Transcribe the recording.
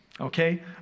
okay